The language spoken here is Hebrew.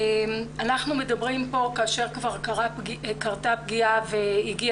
אנחנו מדברים כאן כאשר כבר קרתה פגיעה והגיע